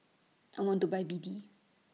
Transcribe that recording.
I want to Buy B D